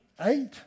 eight